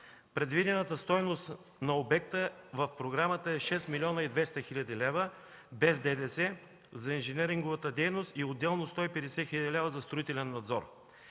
Предвидената стойност на обекта в програмата е 6 млн. 200 хил. лв. без ДДС за инженеринговата дейност и отделно 150 хил. лв. за строителен надзор.